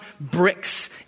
bricks